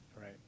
right